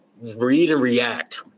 read-and-react